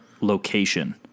location